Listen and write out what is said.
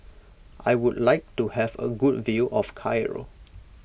I would like to have a good view of Cairo